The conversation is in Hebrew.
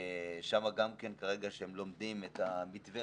שם גם כן כרגע הם לומדים את המתווה,